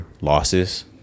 Losses